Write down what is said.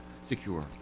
secure